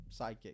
sidekick